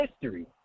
history